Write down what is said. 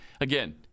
Again